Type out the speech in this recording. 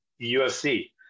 UFC